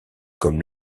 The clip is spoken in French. comme